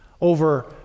over